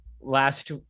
Last